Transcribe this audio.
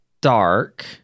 dark